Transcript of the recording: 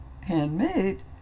Handmade